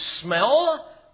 smell